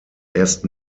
erst